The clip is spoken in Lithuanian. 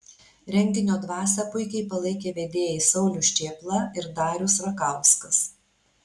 renginio dvasią puikiai palaikė vedėjai saulius čėpla ir darius rakauskas